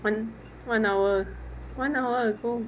one one hour one hour ago